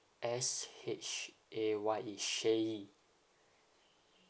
S H A Y E shayee